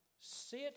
Sit